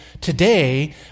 today